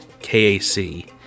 KAC